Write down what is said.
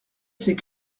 c’est